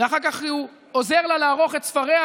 ואחר כך הוא עוזר לה לערוך את ספריה,